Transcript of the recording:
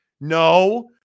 no